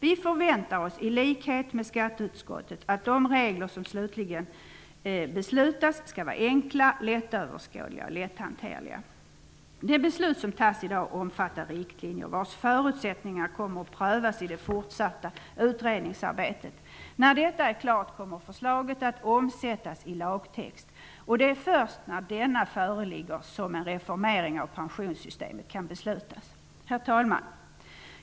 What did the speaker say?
Vi förväntar oss i likhet med skatteutskottet att de regler som slutligen beslutas skall vara enkla, lättöverskådliga och lätthanterliga. Det beslut som tas i dag omfattar riktlinjer, vars förutsättningar kommer att prövas i det fortsatta utredningsarbetet. När detta är klart kommer förslaget att omsättas i lagtext, och det är först när denna föreligger som en reformering av pensionssystemet kan beslutas. Herr talman!